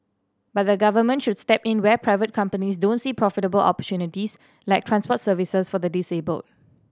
but the Government should step in where private companies don't see profitable opportunities like transport services for the disabled